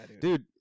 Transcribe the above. Dude